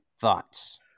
thoughts